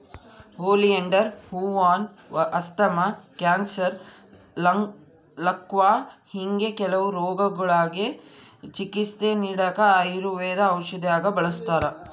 oleander ಹೂವಾನ asthma, cancer, ಲಕ್ವಾ ಹಿಂಗೆ ಕೆಲವು ರೋಗಗುಳ್ಗೆ ಚಿಕಿತ್ಸೆ ನೀಡಾಕ ಆಯುರ್ವೇದ ಔಷದ್ದಾಗ ಬಳುಸ್ತಾರ